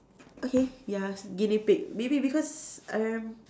okay ya guinea pig maybe because erm